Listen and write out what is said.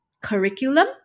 curriculum